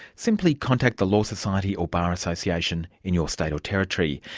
simply contact the law society or bar association in your state or territory.